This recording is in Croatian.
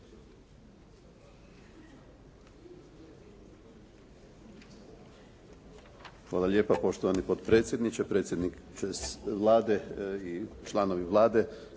Hvala lijepa. Poštovani potpredsjedniče, predsjedniče Vlade i članovi Vlade,